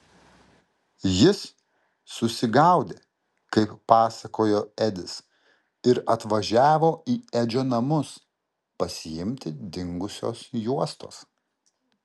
jis susigaudę kaip pasakojo edis ir atvažiavo į edžio namus pasiimti dingusios juostos